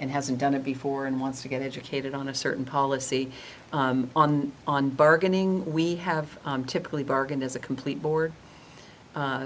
and hasn't done it before and wants to get educated on a certain policy on on bargaining we have to plea bargain is a complete bore